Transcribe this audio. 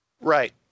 Right